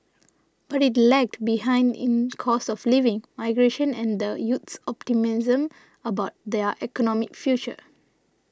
but it lagged behind in cost of living migration and the youth's optimism about their economic future